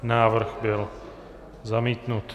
Návrh byl zamítnut.